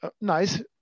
nice